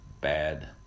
bad